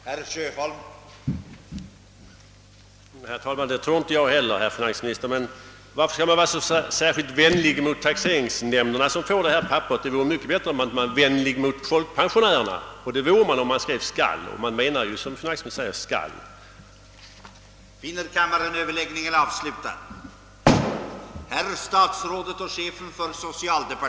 Herr talman! Jag tror inte heller att man gör om människorna, herr finansminister, men varför skall man vara så vänlig mot taxeringsnämnderna, som får detta cirkulär? Det är mycket bättre att vara vänlig mot folkpensionärerna. Och det är man, om man använder ordet »skall», och som finansministern säger är det ju det man menar,